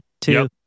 two